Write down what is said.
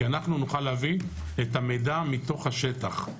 כי אנחנו נוכל להביא את המידע מתוך השטח.